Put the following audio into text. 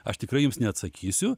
aš tikrai jums neatsakysiu